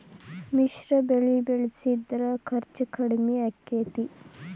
ಮಿಶ್ರ ಬೆಳಿ ಬೆಳಿಸಿದ್ರ ಖರ್ಚು ಕಡಮಿ ಆಕ್ಕೆತಿ?